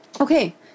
Okay